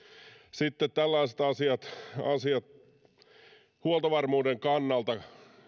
sitten tällaiset asiat asiat huoltovarmuuden kannalta